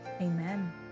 Amen